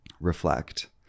reflect